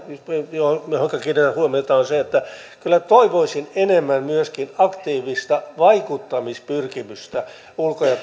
johonka kiinnitän huomiota on se että kyllä toivoisin enemmän myöskin aktiivista vaikuttamispyrkimystä ulko ja